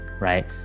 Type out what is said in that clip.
right